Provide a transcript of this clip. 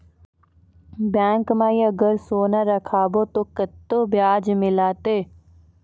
Bank माई अगर सोना राखबै ते कतो ब्याज मिलाते?